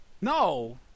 No